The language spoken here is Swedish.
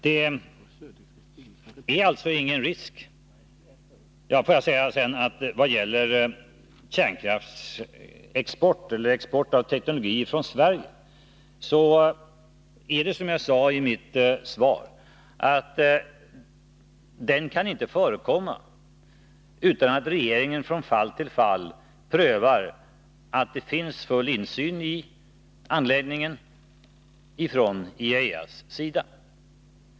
Får jag sedan säga att vad gäller export av kärnteknologi från Sverige är det, som jag sade i mitt svar, så att sådan export inte kan förekomma utan att regeringen från fall till fall prövar att IAEA har full insyn i anläggningen.